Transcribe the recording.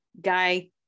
guy